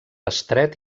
estret